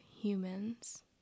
humans